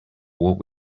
what